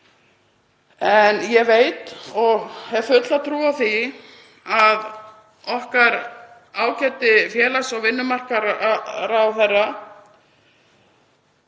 en ég veit og hef fulla trú á því að okkar ágæti félags- og vinnumarkaðsráðherra